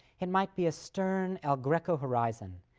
it might be a stern el greco horizon,